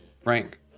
Frank